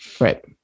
Right